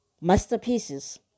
masterpieces